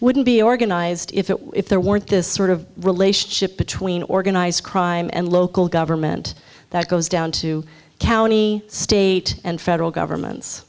wouldn't be organized if it were if there weren't this sort of relationship between organized crime and local government that goes down to county state and federal governments